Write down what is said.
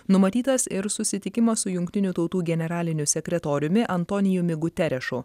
numatytas ir susitikimą su jungtinių tautų generaliniu sekretoriumi antonijumi guterešu